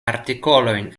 artikolojn